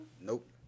Nope